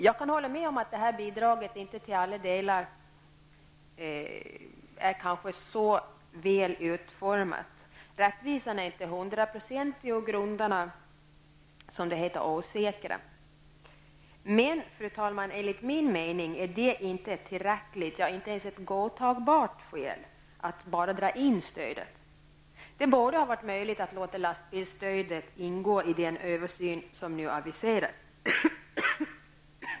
Jag kan hålla med om att bidraget kanske inte till alla delar är så väl utformat, rättvisan är inte hundraprocentig och grunderna är, som det heter, ''osäkra''. Men, fru talman, enligt min mening är det inte ett tillräckligt, ja inte ens ett godtagbart skäl att bara dra in stödet. Det borde ha varit möjligt att låta lastbilsstödet ingå i den översyn som nu aviseras.